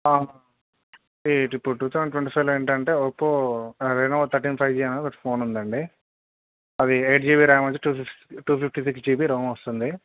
ఈ two thousand twenty ఫైవ్లో ఏమిటి అంటే Oppo Reno thirteen five G అనేది ఒకటి ఫోన్ ఉందండి అది ఎయిట్ జీ బీ ర్యామ్ వచ్చి two fifty six G B ROM వస్తుంది